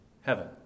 heaven